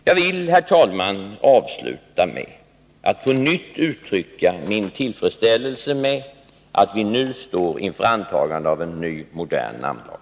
Jag vill, herr talman, avsluta mitt anförande med att på nytt uttrycka min tillfredsställelse med att vi nu står inför antagandet av en ny modern namnlag.